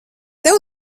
tev